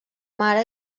mare